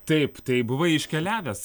taip tai buvai iškeliavęs